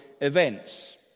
events